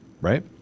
right